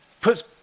put